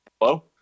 Hello